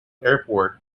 airport